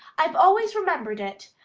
i've always remembered it.